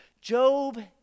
Job